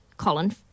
Colin